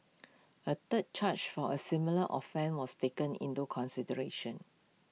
A third charge for A similar often was taken into consideration